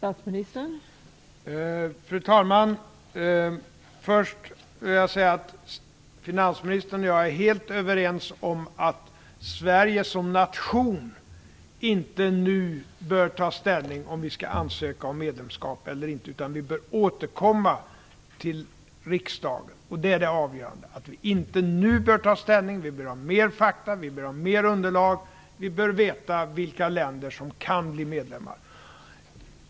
Fru talman! Först vill jag säga att finansministern och jag är helt överens om att Sverige som nation inte nu bör ta ställning till om vi skall ansöka om medlemskap eller inte, utan vi bör återkomma till riksdagen. Det är det avgörande, dvs. att vi inte nu bör ta ställning, att vi bör ha mer fakta och mer underlag, att vi bör veta vilka länder som kan bli medlemmar.